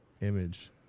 image